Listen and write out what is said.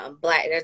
black